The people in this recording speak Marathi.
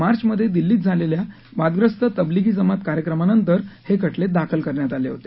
मार्चमध्ये दिल्लीत झालेल्या वादग्रस्त तबलीगी जमात कार्यक्रमानंतर हे खटले दाखल करण्यात आले होते